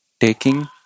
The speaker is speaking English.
taking